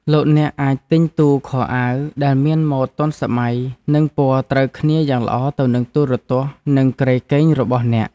លោកអ្នកអាចទិញទូខោអាវដែលមានម៉ូដទាន់សម័យនិងពណ៌ត្រូវគ្នាយ៉ាងល្អទៅនឹងទូរទស្សន៍និងគ្រែគេងរបស់អ្នក។